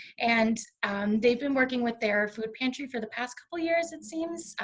and they've been working with their food pantry for the past couple years, it seems,